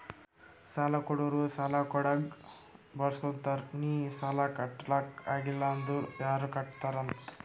ಸಾಲಾ ಕೊಡೋರು ಸಾಲಾ ಕೊಡಾಗ್ ಬರ್ಸ್ಗೊತ್ತಾರ್ ನಿ ಸಾಲಾ ಕಟ್ಲಾಕ್ ಆಗಿಲ್ಲ ಅಂದುರ್ ಯಾರ್ ಕಟ್ಟತ್ತಾರ್ ಅಂತ್